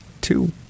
two